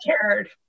cared